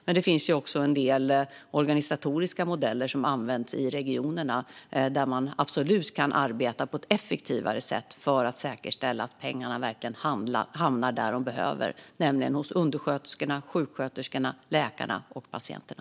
Men det finns också en del organisatoriska modeller som används i regionerna där man absolut kan arbeta på ett effektivare sätt för att säkerställa att pengarna verkligen hamnar där de behöver, nämligen hos undersköterskorna, sjuksköterskorna, läkarna och patienterna.